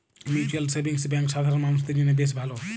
mutual savings bank সাধারণ মানুষদের জন্য বেশ ভালো